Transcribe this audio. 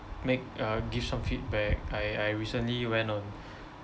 make uh give some feedback I I recently went on